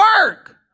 work